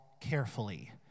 carefully